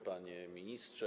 Panie Ministrze!